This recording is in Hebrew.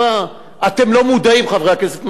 אתם לא מודעים, חברי הכנסת, למה שהולך שם.